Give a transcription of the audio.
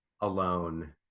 alone